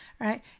right